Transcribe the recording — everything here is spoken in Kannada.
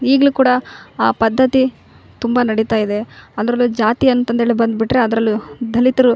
ಈಗಲೂ ಕೂಡ ಆ ಪದ್ಧತಿ ತುಂಬ ನಡೀತಾ ಇದೆ ಅಂದರೆ ಜಾತಿ ಅಂತ್ಹೇಳಿ ಬಂದ್ಬಿಟ್ಟರೆ ಅದರಲ್ಲೂ ದಲಿತರು